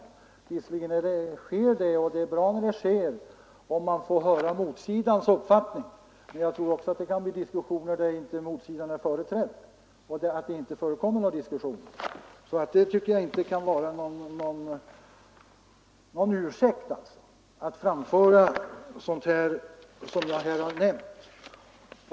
Visserligen sker det, och det är bra om man får höra motsidans uppfattning. Men jag tror också att det kan bli diskussioner där motsidan inte är företrädd och att det inte förekommer någon diskussion. Så det tycker jag inte kan vara någon ursäkt för att framföra sådant som jag här har nämnt.